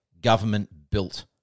government-built